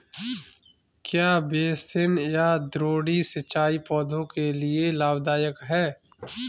क्या बेसिन या द्रोणी सिंचाई पौधों के लिए लाभदायक है?